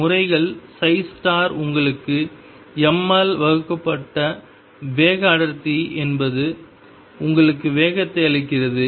முறைகள் உங்களுக்கு m ஆல் வகுக்கப்பட்ட வேக அடர்த்தி என்பது உங்களுக்கு வேகத்தை அளிக்கிறது